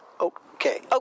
Okay